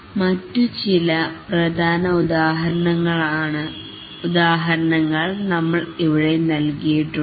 മറ്റ് ചില പ്രധാന ഉദാഹരണങ്ങൾ നമ്മൾ ഇവിടെ നൽകിയിട്ടുണ്ട്